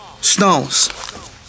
Stones